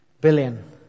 billion